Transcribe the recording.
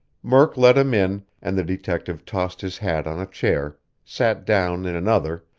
murk let him in, and the detective tossed his hat on a chair, sat down in another,